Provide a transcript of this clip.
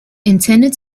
intended